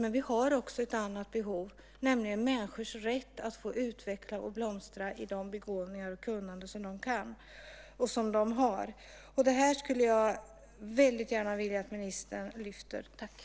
Men vi har också ett annat behov, nämligen människors rätt att utveckla den begåvning och det kunnande som de har. Det skulle jag väldigt gärna vilja att ministern lyfte fram.